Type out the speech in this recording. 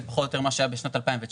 זה פחות או יותר מה שהיה בשנת 2019,